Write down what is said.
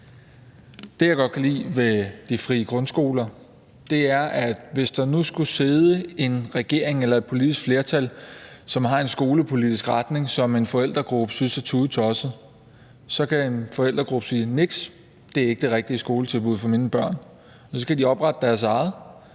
Det, jeg godt kan lide ved de frie grundskoler, er, at hvis der nu skulle sidde en regering eller et politisk flertal, som har en skolepolitisk retning, som en forældregruppe synes er tudetosset, så kan den forældregruppe sige: Niks, det er ikke det rigtige skoletilbud for mine børn. Så kan de oprette deres egen